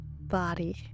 body